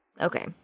Okay